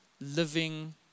living